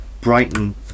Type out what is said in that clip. Brighton